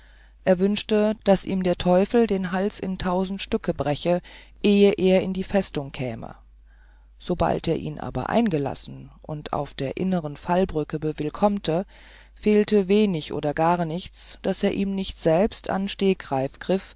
er wünschte daß ihm der teufel den hals in tausend stücken breche ehe er in die festung käme sobald er ihn aber eingelassen und auf der innern fallbrücke bewillkommte fehlte wenig oder gar nichts daß er ihm nicht selbst an